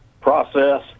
process